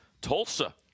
Tulsa